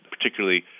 particularly